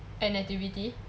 at nativity